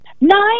Nine